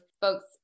folks